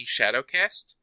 Shadowcast